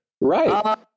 Right